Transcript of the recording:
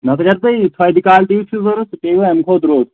نَتہٕ اگر تۄہہِ یہِ تھَدِ کالٹی یی چھُو ضوٚرتھ سُہ پیٚیو اَمہِ کھۄتہٕ درٛوٚ